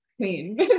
queen